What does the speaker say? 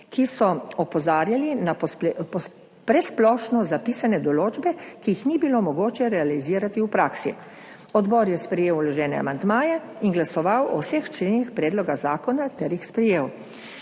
ki so opozarjali na presplošno zapisane določbe, ki jih ni bilo mogoče realizirati v praksi. Odbor je sprejel vložene amandmaje in glasoval o vseh členih predloga zakona ter jih sprejel.